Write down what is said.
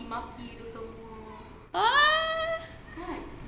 !huh!